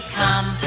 come